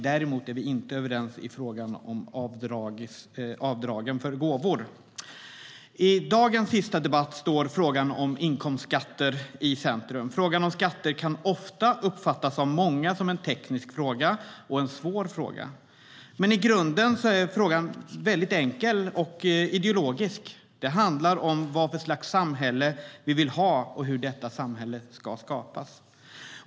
Däremot är vi inte överens i frågan om avdragen för gåvor.I dagens sista debatt står frågan om inkomstskatter i centrum. Frågan om skatter kan ofta uppfattas av många som en teknisk och svår fråga, men i grunden är den väldigt enkel och ideologisk. Det handlar om vilket slags samhälle vi vill ha och hur detta samhälle ska skapas.